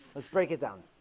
let's break it down